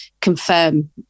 confirm